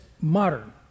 modern